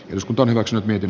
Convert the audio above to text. eduskunta hyväksyy tehdyn